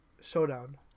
showdown